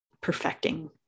perfecting